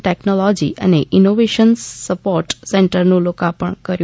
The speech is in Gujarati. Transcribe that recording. ટેકનોલોજી અને ઇનોવેશન સપોર્ટ સેન્ટરનું લોકાર્પણ કર્યું